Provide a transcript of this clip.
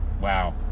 wow